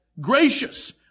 gracious